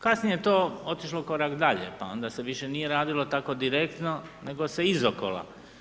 Kasnije je to otišlo korak dalje pa onda se više nije radilo tako direktno nego se izokola.